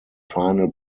final